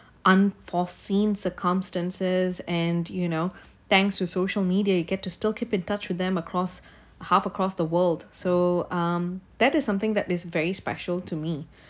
unforeseen circumstances and you know thanks to social media you get to still keep in touch with them across half across the world so um that is something that is very special to me